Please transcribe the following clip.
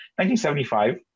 1975